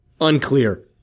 Unclear